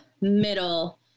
middle